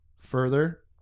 further